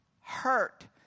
hurt